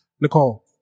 Nicole